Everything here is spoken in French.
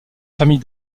famille